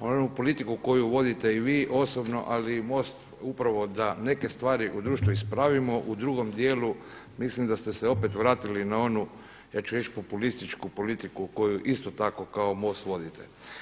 onu politiku koju vodite i vi osobno, ali i MOST upravo da neke stvari u društvu ispravimo, u drugom dijelu mislim da ste se opet vratili na onu, ja ću reći populističku politiku koju isto tako kao MOST vodite.